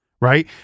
right